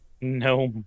No